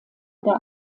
oder